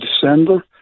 December